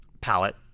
palette